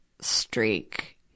streak